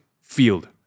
field